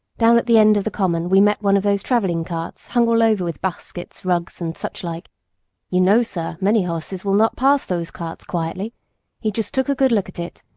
down at the end of the common we met one of those traveling carts hung all over with baskets, rugs, and such like you know, sir, many horses will not pass those carts quietly he just took a good look at it,